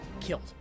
killed